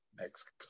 Next